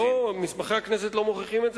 לא, מסמכי הכנסת לא מוכיחים את זה.